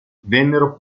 vennero